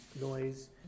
noise